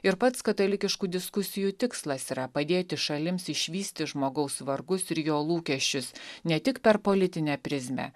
ir pats katalikiškų diskusijų tikslas yra padėti šalims išvysti žmogaus vargus ir jo lūkesčius ne tik per politinę prizmę